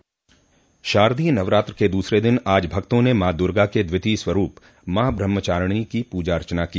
शारदीय नवरात्र के दूसरे दिन आज भक्तों ने माँ दुर्गा के द्वितीय स्वरूप माँ ब्रह्मचारिणी की पूजा अचना की